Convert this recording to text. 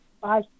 Bye